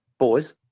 boys